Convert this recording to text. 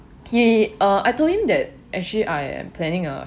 he uh I told him that actually I am planning a